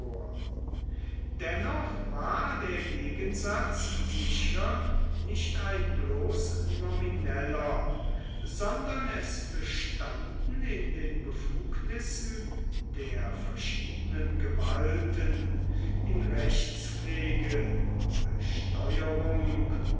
dennoch war der gegensatz sicher nicht ein bloß nomineller sondern es bestanden in den befugnissen der verschiedenen gewalten in rechtspflege besteuerung